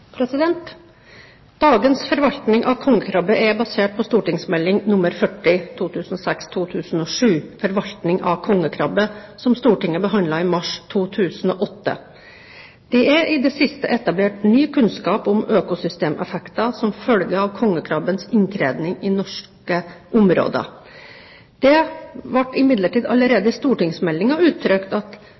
Dagens forvaltning av kongekrabbe er basert på St.meld. nr. 40 for 2006–2007, Forvaltning av kongekrabbe, som Stortinget behandlet i mars 2008. Det er i det siste etablert ny kunnskap om økosystemeffekter som følge av kongekrabbens inntreden i norske områder. Det ble imidlertid allerede i stortingsmeldingen uttrykt at